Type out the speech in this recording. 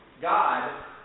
God